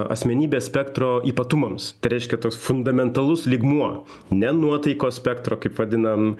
asmenybės spektro ypatumams tai reiškia toks fundamentalus lygmuo ne nuotaikos spektro kaip vadinam